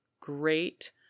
great